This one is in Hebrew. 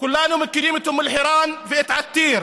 כולנו מכירים את אום אל-חיראן ואת עתיר.